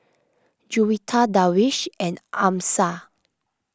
Juwita Darwish and Amsyar